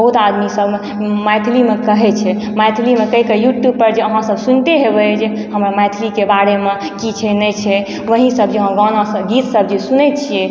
बहुत आदमी सब मैथिलीमे कहय छै मैथिलीमे कहिके यूट्यूबपर जे अहाँ सब सुनिते हेबैय जे हमर मैथिलीके बारेमे की छै नहि छै वही सब जे हम गाना सब गीत सब जे सुनय छियै